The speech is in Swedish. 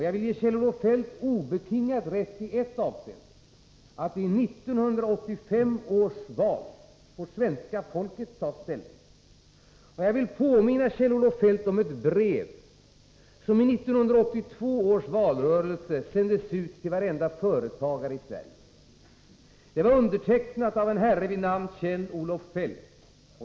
Jag vill ge Kjell-Olof Feldt obetingat rätt i ett avseende, nämligen att i 1985 års val får svenska folket ta ställning. Jag vill påminna Kjell-Olof Feldt om ett brev som i 1982 års valrörelse sändes ut till varenda företagare i Sverige. Det var undertecknat av en herre vid namn Kjell-Olof Feldt.